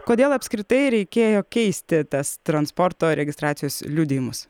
kodėl apskritai reikėjo keisti tas transporto registracijos liudijimus